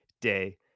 day